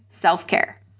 self-care